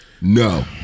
No